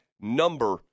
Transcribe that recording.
number